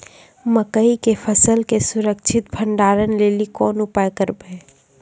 मकई के फसल के सुरक्षित भंडारण लेली कोंन उपाय करबै?